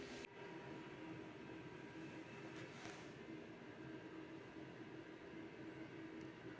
उन्हाळ्यात म्हणजे आता आंब्याच्या झाडाला खूप आंबे लागतील